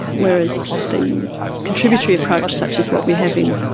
whereas the contributory approach such as what we have in,